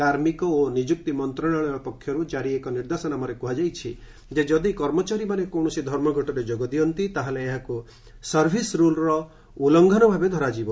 କାର୍ମୀକ ଓ ନିଯୁକ୍ତି ମନ୍ତ୍ରଣାଳୟ ପକ୍ଷରୁ ଜାରି ଏକ ନିର୍ଦ୍ଦେଶନାମାରେ କୁହାଯାଇଛି ଯେ ଯଦି କର୍ମଚାରୀମାନେ କୌଣସି ଧର୍ମଘଟରେ ଯୋଗ ଦିଅନ୍ତି ତାହେଲେ ଏହାକୁ ସର୍ଭିସ୍ ରୁଲ୍ର ଉଲ୍କଘନ ଭାବେ ଧରାଯିବ